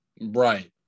Right